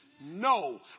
No